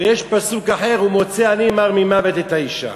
ויש פסוק אחר: "ומוצא אני מר ממות את האשה".